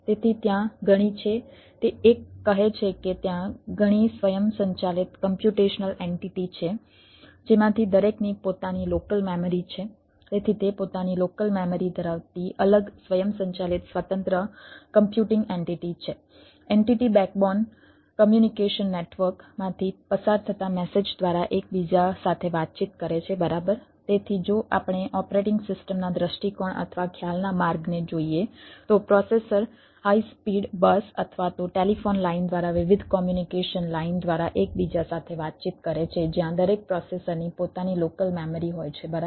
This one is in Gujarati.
તેથી ત્યાં ઘણી છે તે એક કહે છે કે ત્યાં ઘણી સ્વયંસંચાલિત કમ્પ્યુટેશનલ એન્ટિટી દ્વારા વિવિધ કોમ્યુનિકેશનલ લાઇન દ્વારા એકબીજા સાથે વાતચીત કરે છે જ્યાં દરેક પ્રોસેસરની પોતાની લોકલ મેમરી હોય છે બરાબર